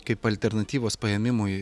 kaip alternatyvos paėmimui